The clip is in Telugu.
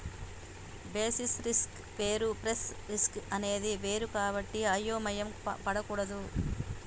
బేసిస్ రిస్క్ వేరు ప్రైస్ రిస్క్ అనేది వేరు కాబట్టి అయోమయం పడకూడదు